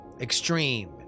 extreme